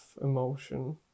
emotion